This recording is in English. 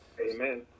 Amen